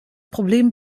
problem